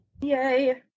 Yay